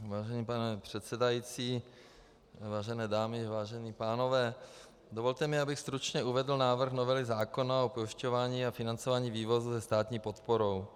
Vážený pane předsedající, vážené dámy, vážení pánové, dovolte mi, abych stručně uvedl návrh novely zákona o pojišťování a financování vývozu se státní podporou.